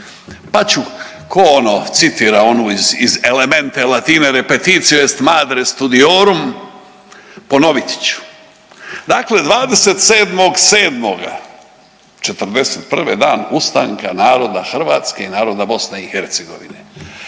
pa ću ko ono citira onu iz Elemente latine repetitio est madre studiorum ponoviti ću. Dakle, 27.7. '41. Dan ustanka naroda Hrvatske i naroda BiH,